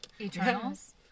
Eternals